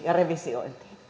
ja revisiointiin